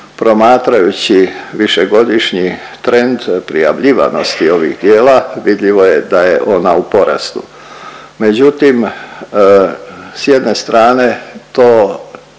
promatrajući višegodišnji trend prijavljivanosti ovih djela, vidljivo je ona u porastu. Međutim, s jedne strane to